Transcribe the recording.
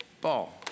ball